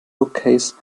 bookcase